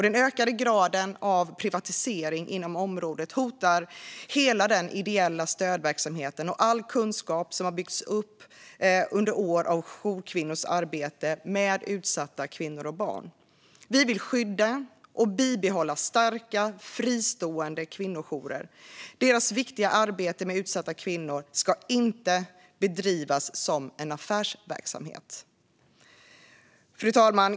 Den ökade graden av privatisering inom området hotar hela den ideella stödverksamheten och all kunskap som byggts upp under år av jourkvinnors arbete med utsatta kvinnor och barn. Vi vill skydda och bibehålla starka fristående kvinnojourer. Deras viktiga arbete med utsatta kvinnor ska inte bedrivas som affärsverksamhet. Fru talman!